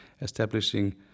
establishing